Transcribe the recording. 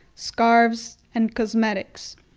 scarves, and cosmetics.